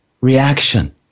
reaction